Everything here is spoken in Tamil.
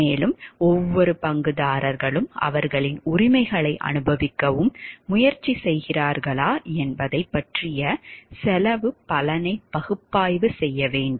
மேலும் ஒவ்வொரு பங்குதாரர்களும் அவர்களின் உரிமைகளை அனுபவிக்கவும் முயற்சி செய்கிறார்களா என்பதைப் பற்றிய செலவுப் பலனை பகுப்பாய்வு செய்ய வேண்டும்